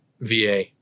VA